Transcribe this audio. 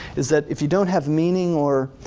is that if you don't have meaning or